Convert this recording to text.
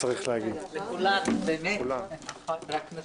לכולם, ישיבה זו